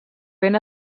ben